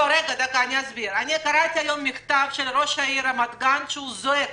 קראתי היום מכתב של ראש עיריית רמת גן שזועק,